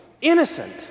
innocent